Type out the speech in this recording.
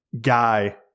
guy –